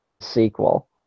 sequel